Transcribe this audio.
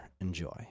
enjoy